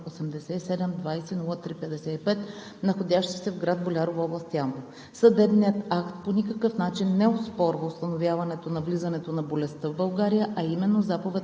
87200355, находящ се в град Болярово, област Ямбол. Съдебният акт по никакъв начин не оспорва установяването на влизането на болестта в България, а именно заповед